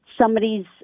somebody's